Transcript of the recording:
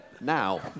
now